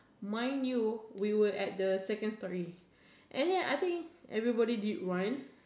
mind you we were at the second storey and then I think everybody did once